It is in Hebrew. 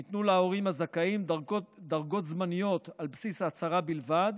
ניתנו להורים הזכאים דרגות זמניות על בסיס ההצהרה בלבד